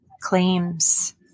claims